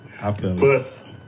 Plus